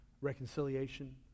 reconciliation